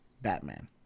Batman